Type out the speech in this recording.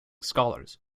scholars